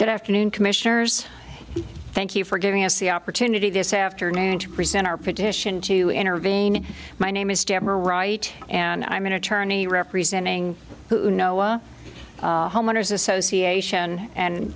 good afternoon commissioners thank you for giving us the opportunity this afternoon to present our petition to intervene my name is deborah wright and i'm an attorney representing who noah homeowner's association and